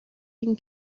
این